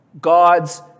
God's